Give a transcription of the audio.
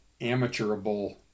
amateurable